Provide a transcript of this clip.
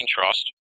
Trust